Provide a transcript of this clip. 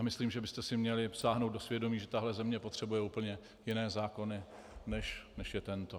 Myslím, že byste si měli sáhnout do svědomí, protože tahle země potřebuje úplně jiné zákony, než je tento.